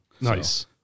nice